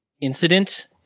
incident